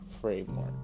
framework